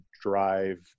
drive